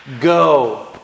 Go